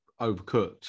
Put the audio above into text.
overcooked